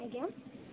ଆଜ୍ଞା